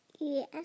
Yes